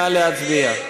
נא להצביע.